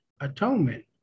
Atonement